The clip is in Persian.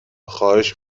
خواهش